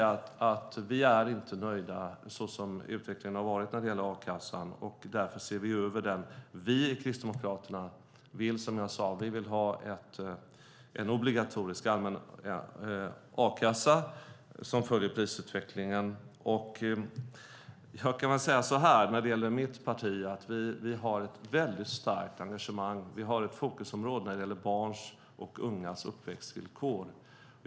Vi är inte nöjda såsom utvecklingen har varit när det gäller a-kassan. Därför ser vi över den. Vi i Kristdemokraterna vill ha en obligatorisk allmän a-kassa som följer prisutvecklingen. I mitt parti har vi väldigt starkt engagemang. Vi har ett fokusområde som gäller barns och ungas uppväxtvillkor.